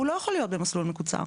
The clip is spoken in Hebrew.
הוא לא יכול להיות במסלול מקוצר,